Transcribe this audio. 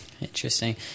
Interesting